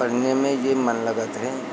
पढ़ने में यह मन लगता है